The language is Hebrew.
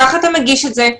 כך אתה מגיש את זה,